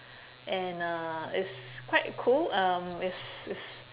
and uh it's quite cool um it's it's